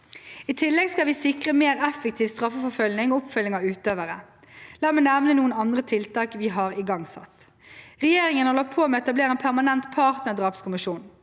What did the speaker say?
I tillegg skal vi sikre mer effektiv straffeforfølgning og oppfølging av utøvere. La meg nevne noen andre tiltak vi har igangsatt: – Regjeringen holder på å etablere en permanent partnerdrapskommisjon.